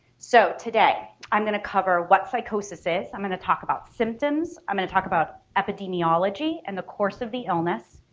so today i'm gonna cover what psychosis is, i'm gonna talk about symptoms, i'm gonna talk about epidemiology and the course of the illness,